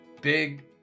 big